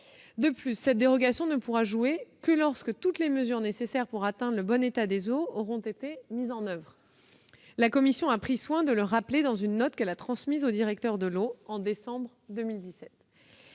De plus, cette dérogation ne pourra jouer que lorsque toutes les mesures nécessaires pour atteindre le bon état des eaux auront été mises en oeuvre. La Commission a pris soin de le rappeler dans une note qu'elle a transmise au directeur de l'eau en décembre 2017.